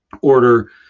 order